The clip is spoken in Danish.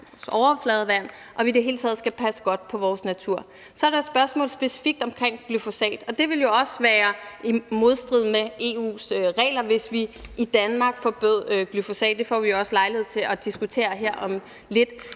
overfladevand, og fordi vi i det hele taget skal passe godt på vores natur. Så er der et spørgsmål specifikt om glyfosat, og det ville jo også være i modstrid med EU's regler, hvis vi i Danmark forbød glyfosat. Det får vi jo også lejlighed til at diskutere her om lidt.